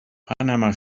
panama